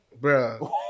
Bro